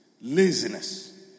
Laziness